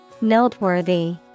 noteworthy